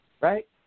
right